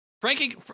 Frankie